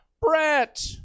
Brett